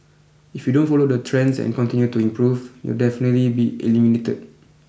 if you don't follow the trends and continue to improve you'll definitely be eliminated